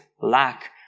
lack